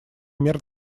мер